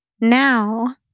now